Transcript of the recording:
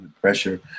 pressure